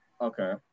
okay